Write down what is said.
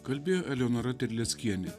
kalbėjo eleonora terleckienė